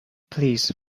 please